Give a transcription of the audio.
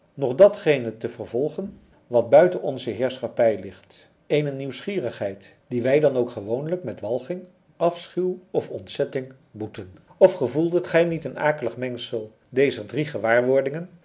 nog datgene te vervolgen wat buiten onze heerschappij ligt eene nieuwsgierigheid die wij dan ook gewoonlijk met walging afschuw of ontzetting boeten of gevoeldet gij niet een akelig mengsel dezer drie gewaarwordingen